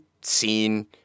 scene